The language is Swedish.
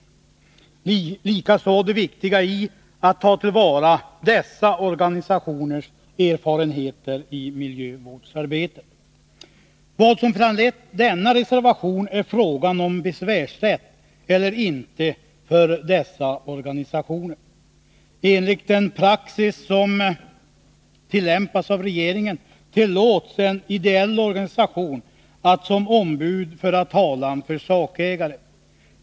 Detsamma gäller vikten av att ta till vara dessa organisationers erfarenheter i miljövårdsarbetet. Vad som föranlett denna reservation är frågan om besvärsrätt eller inte för dessa organisationer. Enligt den praxis som tillämpas av regeringen tillåts en ideell organisation att som ombud föra talan för sakägare.